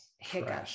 Hiccup